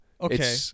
Okay